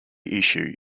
issue